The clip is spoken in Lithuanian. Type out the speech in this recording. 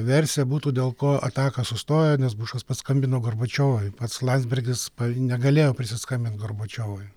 versija būtų dėl ko ataka sustojo nes bušas paskambino gorbačiovui pats landsbergis negalėjo prisiskambint gorbačiovui